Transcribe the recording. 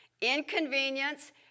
inconvenience